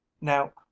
Now